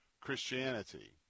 Christianity